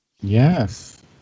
yes